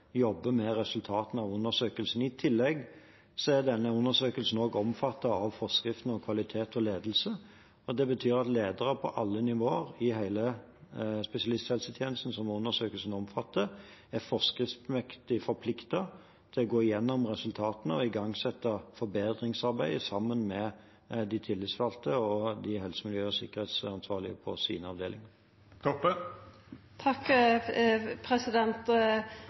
jobber med resultatene av undersøkelsen. I tillegg er denne undersøkelsen også omfattet av forskriften om kvalitet og ledelse, og det betyr at ledere på alle nivåer i hele spesialisthelsetjenesten, som undersøkelsen omfatter, er forskriftsmessig forpliktet til å gå gjennom resultatene og igangsette forbedringsarbeid sammen med de tillitsvalgte og de HMS-ansvarlige på